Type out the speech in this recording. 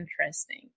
interesting